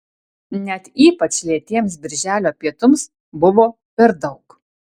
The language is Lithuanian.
net ypač lėtiems birželio pietums buvo per daug